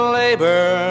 labor